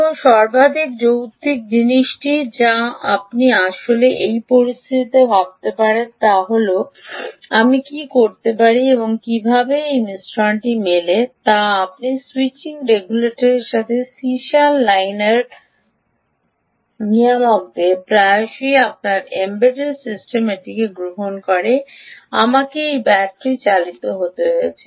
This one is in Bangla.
এখন সর্বাধিক যৌক্তিক জিনিসটি যা আপনি আসলে এই পরিস্থিতিতে ভাবতে পারেন তা হল আমি কী করতে পারি এবং কীভাবে এই মিশ্রণটি মেলে তা আপনি জানেন স্যুইচিং রেগুলেটরগুলির সাথে সীসা লাইনার নিয়ামকদের প্রায়শই আপনার এমবেডেড সিস্টেম এটিকে গ্রহণ করে আমাকে এটি ব্যাটারি চালিত হতে চলেছে